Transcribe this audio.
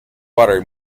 water